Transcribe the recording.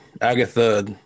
Agatha